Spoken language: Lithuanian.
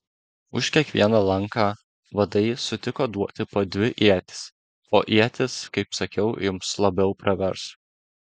už kiekvieną lanką vadai sutiko duoti po dvi ietis o ietys kaip sakiau jums labiau pravers